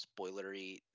spoilery